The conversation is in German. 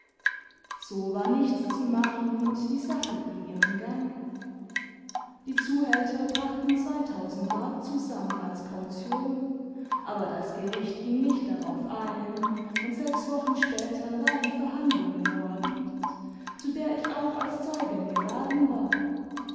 so luar nichts zu machen und die sache ging ihren gang die zuhälter brachten zweitausend mark zusammen als kaution aber das gericht ging nicht darauf ein und sechs wochen später war die verhandlung in moabit zu der ich auch als zeugin geladen war